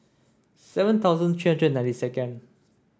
seven thousand three hundred and ninety second